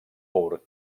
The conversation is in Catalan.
mur